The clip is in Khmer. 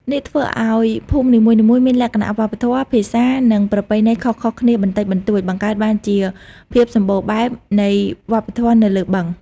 នេះធ្វើឱ្យភូមិនីមួយៗមានលក្ខណៈវប្បធម៌ ភាសា និងប្រពៃណីខុសៗគ្នាបន្តិចបន្តួច បង្កើតបានជាភាពសម្បូរបែបនៃវប្បធម៌នៅលើបឹង។